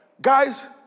guys